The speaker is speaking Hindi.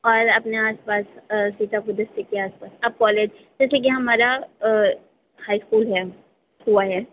और अपना स्पर्स सीतापुर डिस्टिक के आज पास अब कॉलेज जैसे कि हमाजा हाइ स्कूल है हुआ है